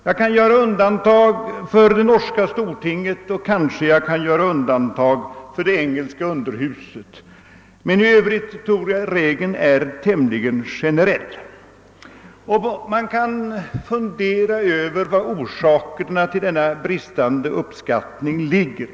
Jag kan göra undantag för det norska stortinget och kanske för det engelska underhuset, men i Övrigt tror jag att regeln är tämligen generell. Man kan fundera över var orsakerna till denna brist på uppskattning ligger.